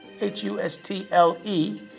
H-U-S-T-L-E